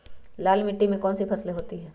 लाल मिट्टी में कौन सी फसल होती हैं?